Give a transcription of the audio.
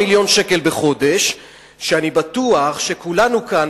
שאני בטוח שכולנו כאן,